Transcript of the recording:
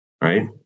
Right